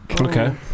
Okay